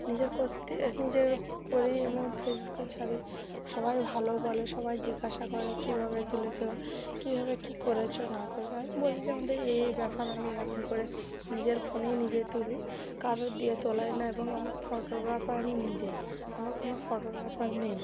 নিজের করতে নিজের করি এবং ফেসবুকে ছাড়ি সবাই ভালো বলে সবাই জিজ্ঞাসা করে কীভাবে তুলেছ কীভাবে কী করেছ না করেছ আমি বলি যে আমাদের এই এই ব্যাপার আমি এরকম করে নিজের ফোনেই নিজে তুলি কারোর দিয়ে তোলাই না এবং আমার ফটোগ্রাফার আমি নিজেই আমার কোনো ফটোগ্রাফার নেই